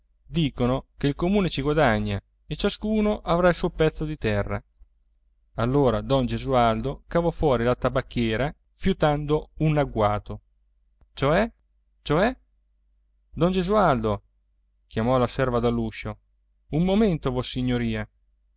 dicono che il comune ci guadagna e ciascuno avrà il suo pezzo di terra allora don gesualdo cavò fuori la tabacchiera fiutando un agguato cioè cioè don gesualdo chiamò la serva dall'uscio un momento vossignoria